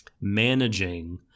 managing